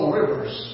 rivers